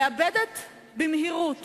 מאבדת במהירות